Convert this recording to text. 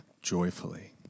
joyfully